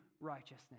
righteousness